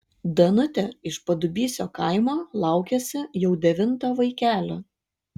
danutė iš padubysio kaimo laukiasi jau devinto vaikelio